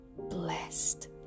blessed